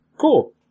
Cool